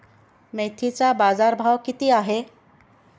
मेथीचा बाजारभाव किती आहे?